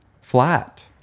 flat